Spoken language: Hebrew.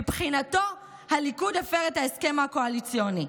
מבחינתו הליכוד הפר את ההסכם הקואליציוני.